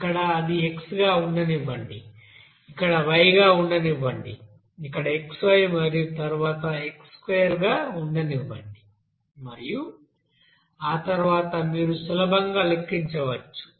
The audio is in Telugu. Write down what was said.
ఇక్కడ అది x గా ఉండనివ్వండి ఇక్కడ y గా ఉండనివ్వండి ఇక్కడ xy మరియు తరువాత x2 గా ఉండనివ్వండి మరియు ఆ తర్వాత మీరు సులభంగా లెక్కించవచ్చు